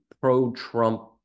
pro-Trump